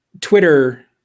Twitter